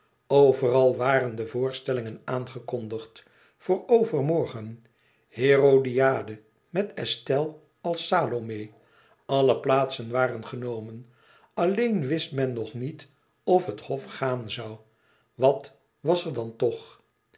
overal waren de voorstellingen aangekondigd voor overmorgen herodiade met estelle als salomé alle plaatsen waren genomen alleen wist men nog niet of het hof gaan zoû wat was er dan toch